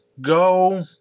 go